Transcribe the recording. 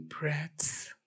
breaths